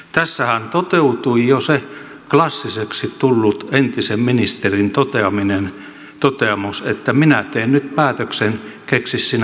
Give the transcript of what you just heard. tässähän toteutui jo se klassiseksi tullut entisen ministerin toteamus että minä teen nyt päätöksen keksi sinä perustelut